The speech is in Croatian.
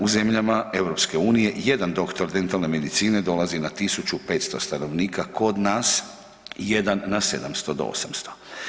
U zemljama EU jedan doktor dentalne medicine dolazi na 1.500 stanovnika, kod nas jedan na 700 do 800.